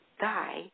die